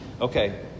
Okay